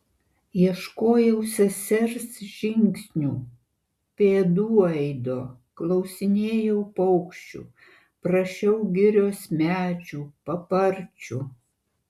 ieškojau sesers žingsnių pėdų aido klausinėjau paukščių prašiau girios medžių paparčių